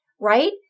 right